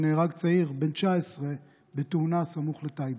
נהרג צעיר בן 19 בתאונה סמוך לטייבה.